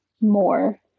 more